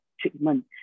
treatment